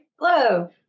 hello